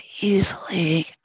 easily